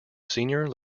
senior